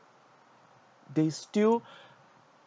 they still